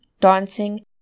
dancing